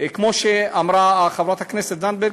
כמו שאמרה חברת הכנסת רוזין,